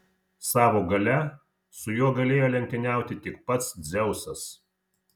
savo galia su juo galėjo lenktyniauti tik pats dzeusas